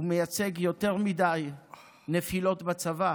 ומייצג יותר מדי נפילות בצבא